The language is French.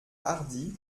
hardis